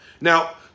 Now